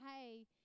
hey